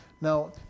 Now